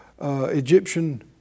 Egyptian